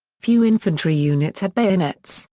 few infantry units had bayonets.